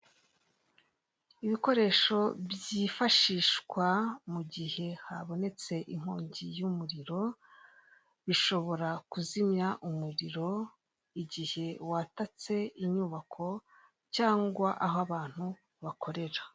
Ibikoresho byifashishwa mu gihe habonetse inkongi y'umuriro bishobora kuzimya umuriro igihe watatse inyubako cyangwa aho abantu bakorera.